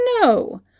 No